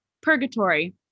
Purgatory